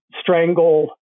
strangle